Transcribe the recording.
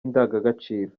ndangagaciro